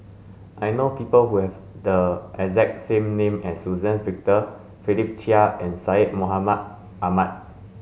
I know people who have the exact same name as Suzann Victor Philip Chia and Syed Mohamed Ahmed